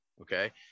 Okay